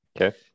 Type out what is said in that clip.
Okay